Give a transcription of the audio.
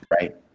Right